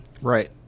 Right